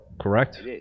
correct